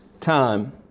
time